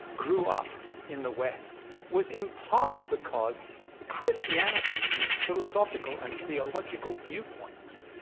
grew up in the west, was in part because christianity, in its philosophical and theological viewpoints,